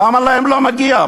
למה להם לא מגיע?